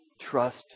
trust